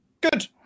Good